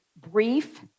brief